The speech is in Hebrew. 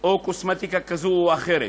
או קוסמטיקה כזאת או אחרת.